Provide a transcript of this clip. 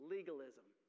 Legalism